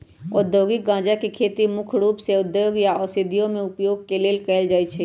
औद्योगिक गञ्जा के खेती मुख्य रूप से उद्योगों या औषधियों में उपयोग के लेल कएल जाइ छइ